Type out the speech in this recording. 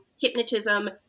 hypnotism